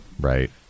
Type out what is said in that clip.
Right